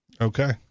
Okay